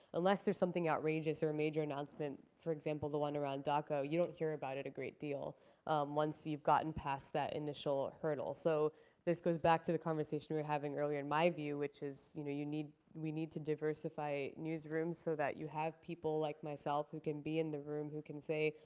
unless there's something outrageous or a major announcement, for example, the one around daca, you don't hear about it a great deal once you've gotten past that initial hurdle. so this goes back to the conversation we were having earlier, in my view, which is you know you need we need to diversify newsrooms, so that you have people like myself who can be in the room, who can say,